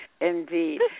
Indeed